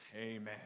Amen